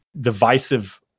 divisive